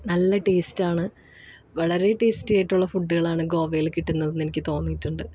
നല്ല ടേസ്റ്റാണ് വളരെ ടേസ്റ്റിയായിട്ടുള്ള ഫുഡുകളാണ് ഗോവയില് കിട്ടുന്നതെന്ന് എനിക്ക് തോന്നിയിട്ടുണ്ട്